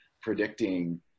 predicting